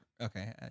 Okay